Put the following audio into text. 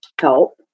help